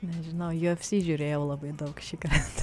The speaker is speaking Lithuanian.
nežinau jau apsižiūrėjau labai daug šį kartą